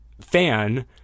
fan